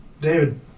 David